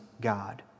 God